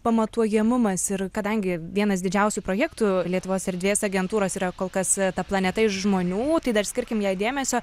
pamatuojamumas ir kadangi vienas didžiausių projektų lietuvos erdvės agentūros yra kol kas ta planeta iš žmonių tai dar skirkim jai dėmesio